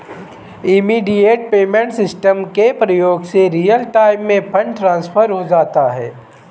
immediate payment system के प्रयोग से रियल टाइम में फंड ट्रांसफर हो जाता है